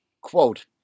quote